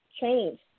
change